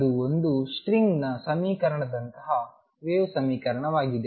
ಅದು ಒಂದು ಸ್ಟ್ರಿಂಗ್ನ ಸಮೀಕರಣದಂತಹ ವೇವ್ ಸಮೀಕರಣವಾಗಿದೆ